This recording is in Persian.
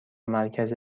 مرکز